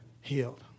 healed